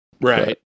Right